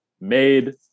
made